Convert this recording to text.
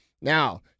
Now